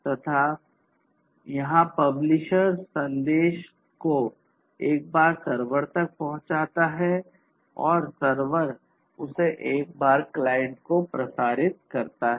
तथा यहाँ पब्लिशर्स संदेश को एक बार सर्वर तक पहुंचाता है और सर्वर उसे एक बार क्लाइंट को प्रसारित करता है